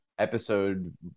episode